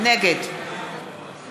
נגד